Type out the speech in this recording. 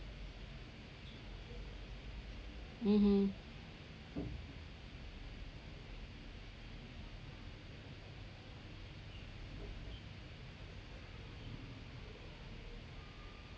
mmhmm